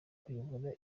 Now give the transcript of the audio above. kuyobora